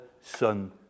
Son